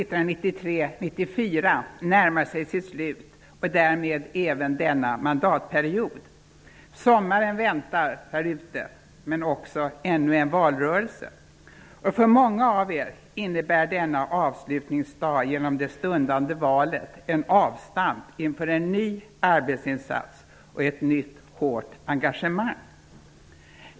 närmar sig sitt slut och därmed även denna mandatperiod. Sommaren väntar därute, men också ännu en valrörelse. För många av er innebär denna avslutningsdag genom det stundande valet en avstamp inför en ny arbetsinsats och ett nytt, hårt engagemang.